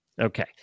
Okay